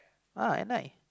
uh at night